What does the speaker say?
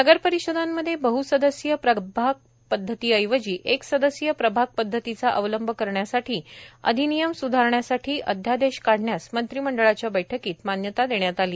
नगरपरिषदांमध्ये बहसदस्यीय प्रभाग पदधतीऐवजी एकसदस्यीय प्रभाग पदधतीचा अवलंब करण्यासाठी अधिनियम स्धारण्यासाठी अध्यादेश काढण्यास मंत्रिमंडळाच्या बैठकीत मान्यता देण्यात आली